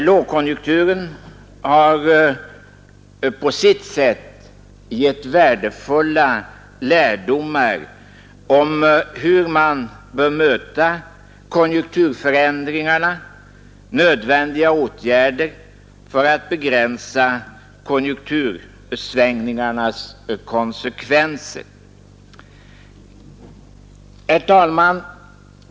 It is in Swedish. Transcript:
Lågkonjunkturen har på sitt sätt gett värdefulla lärdomar om hur man bör möta konjunkturförändringarna och vidta nödvändiga åtgärder för att begränsa konjunktursvängningarnas konsekvenser. Herr talman!